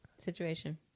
Situation